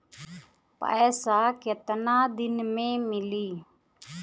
पैसा केतना दिन में मिली?